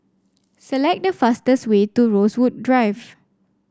select the fastest way to Rosewood Grove